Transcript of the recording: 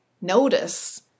notice